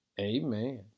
amen